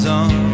on